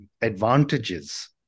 advantages